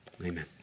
Amen